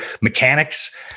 Mechanics